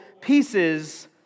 pieces